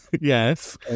yes